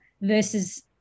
versus